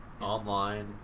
online